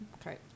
Okay